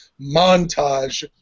montage